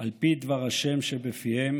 על פי דבר ה' שבפיהם,